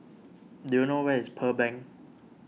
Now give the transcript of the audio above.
do you know where is Pearl Bank